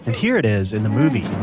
and here it is in the movie.